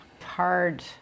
hard